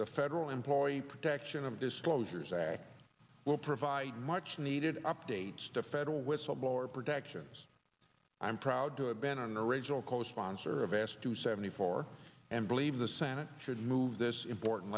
the federal employee protection of disclosures act will provide much needed updates to federal whistleblower protections i'm proud to have been on the original co sponsor of ass two seventy four and believe the senate should move this important